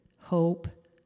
hope